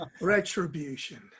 Retribution